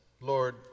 Lord